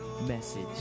message